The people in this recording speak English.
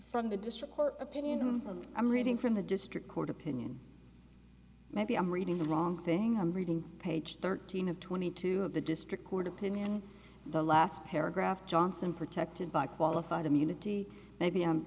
from the district court opinion i'm reading from the district court opinion maybe i'm reading the wrong thing i'm reading page thirteen of twenty two of the district court opinion the last paragraph johnson protected by qualified immunity maybe